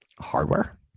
hardware